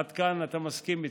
עד כאן אתה מסכים איתי?